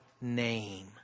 name